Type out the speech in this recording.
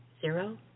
Zero